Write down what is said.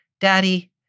daddy